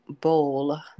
bowl